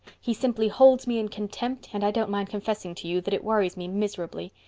he simply holds me in contempt and i don't mind confessing to you that it worries me miserably.